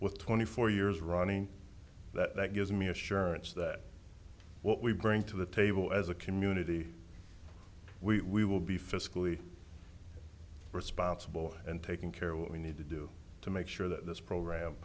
with twenty four years running that gives me assurance that what we bring to the table as a community we will be fiscally responsible and taking care of what we need to do to make sure that this program